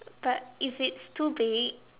but if it's too big